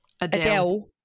Adele